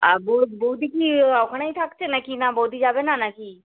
আর ব বৌদি কি ওখানোইই থাকছে নাকি না বৌদি যাবে না নাকি